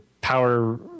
power